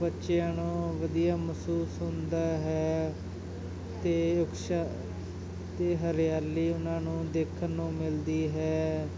ਬੱਚਿਆਂ ਨੂੰ ਵਧੀਆ ਮਹਿਸੂਸ ਹੁੰਦਾ ਹੈ ਅਤੇ ਉਕਸ਼ਾ ਅਤੇ ਹਰਿਆਲੀ ਉਹਨਾਂ ਨੂੰ ਦੇਖਣ ਨੂੰ ਮਿਲਦੀ ਹੈ